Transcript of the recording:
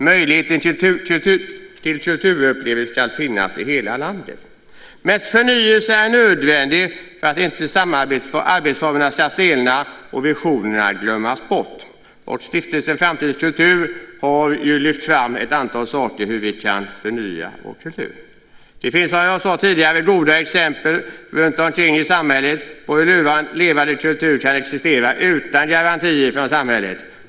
Möjligheter till kulturupplevelser ska finnas i hela landet. Men förnyelse är nödvändig för att inte arbetsformerna ska stelna och visionerna glömmas bort. Stiftelsen Framtidens kultur har lyft fram ett antal exempel på hur vi kan förnya vår kultur. Det finns som jag sade tidigare goda exempel runtomkring i samhället på hur levande kultur kan existera utan garantier från samhället.